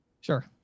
Sure